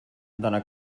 dona